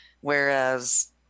whereas